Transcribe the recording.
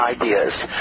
ideas